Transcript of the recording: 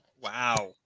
Wow